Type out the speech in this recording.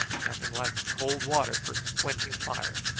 nothing like cold water for squenching fire.